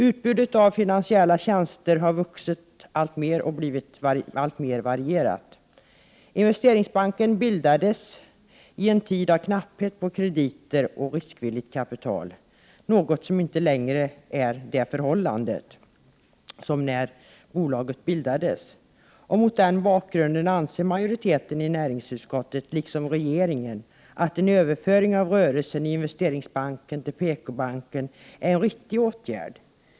Utbudet av finansiella tjänster har vuxit och blivit alltmer varierat. Investeringsbanken bildades i en tid av knapphet på krediter och riskvilligt kapital, något som inte längre är förhållandet på samma sätt som vid tiden för bolagets bildande. Mot denna bakgrund anser majoriteten i näringsutskottet, liksom regeringen, att en överföring av rörelsen i Investeringsbanken till PKbanken är en riktig åtgärd.